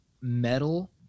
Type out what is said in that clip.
metal –